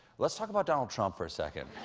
let's talk about donald trump for a second.